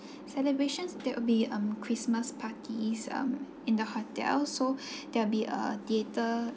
celebrations there'll be um christmas parties um in the hotel so there'll be a theatre